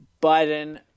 Biden